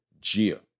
Gia